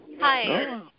Hi